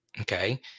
Okay